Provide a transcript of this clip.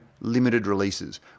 limited-releases